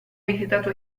visitato